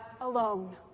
alone